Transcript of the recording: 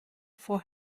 for